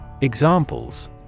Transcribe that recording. Examples